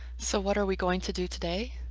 so what are we going to do today?